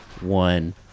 one